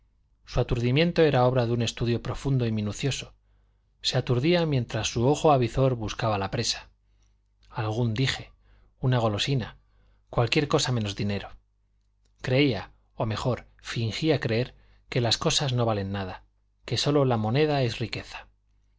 su aturdimiento era obra de un estudio profundo y minucioso se aturdía mientras su ojo avizor buscaba la presa algún dije una golosina cualquier cosa menos dinero creía o mejor fingía creer que las cosas no valen nada que sólo la moneda es riqueza